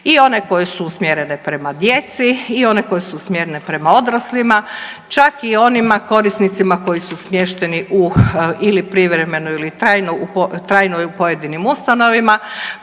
i one koje su usmjerene prema djeci i one koje su usmjerene prema odraslima, čak i onima korisnicima koji su smješteni u, ili privremeno ili trajno u, trajno i u pojedinim ustanovama,